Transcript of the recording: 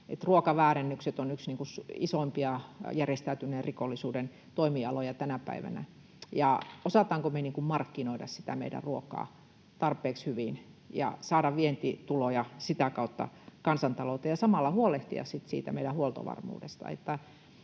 Ruokaväärennökset ovat yksi isoimpia järjestäytyneen rikollisuuden toimialoja tänä päivänä. Osataanko me markkinoida sitä meidän ruokaa tarpeeksi hyvin ja saada sitä kautta vientituloja kansantalouteen ja samalla huolehtia siitä meidän huoltovarmuudesta?